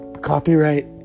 Copyright